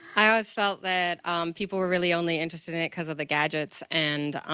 i always felt that people were really only interested in it because of the gadgets and